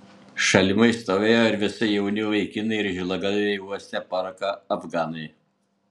šalimais stovėjo ir visai jauni vaikinai ir žilagalviai uostę paraką afganai